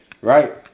Right